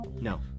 No